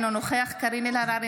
אינו נוכח קארין אלהרר,